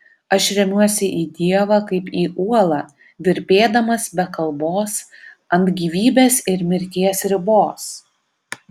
aš remiuosi į dievą kaip į uolą virpėdamas be kalbos ant gyvybės ir mirties ribos